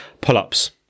Pull-ups